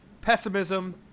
Pessimism